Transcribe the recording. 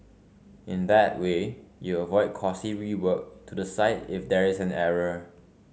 in that way you avoid costly rework to the site if there is an error